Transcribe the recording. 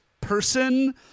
person